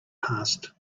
past